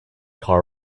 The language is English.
car